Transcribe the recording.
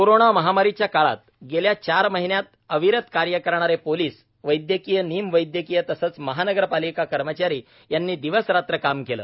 corona महामारी च्या काळात गेल्या चार महिन्यात अविरत कार्य करणारे पोलीस वैद्यकीय निम वैद्यकीय तसेच महानगरपालिका कर्मचारी यांनी दिवस रात्र काम केले